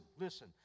listen